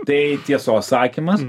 tai tiesos sakymas